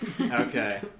Okay